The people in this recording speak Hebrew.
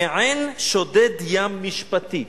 מעין שודד ים משפטי".